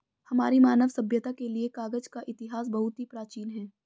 हमारी मानव सभ्यता के लिए कागज का इतिहास बहुत ही प्राचीन है